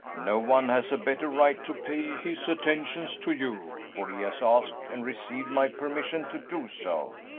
no one has a better right to pay his attentions to you, for he has asked and received my permission to do so.